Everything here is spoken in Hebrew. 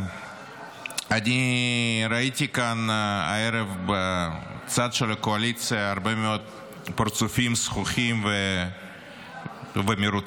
אני ראיתי כאן הערב בצד של הקואליציה הרבה מאוד פרצופים זחוחים ומרוצים.